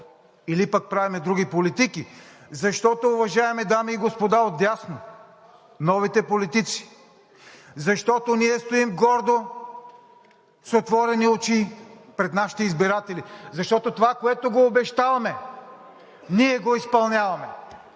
или пък правим други политики, защото, уважаеми дами и господа отдясно – новите политици, ние стоим гордо, с отворени очи пред нашите избиратели, защото това, което обещаваме, ние го изпълняваме!